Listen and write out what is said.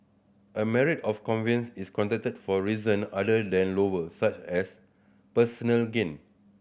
a marriage of convenience is contracted for reason other than love such as personal gain